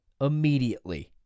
immediately